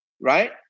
right